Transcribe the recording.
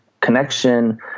connection